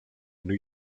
new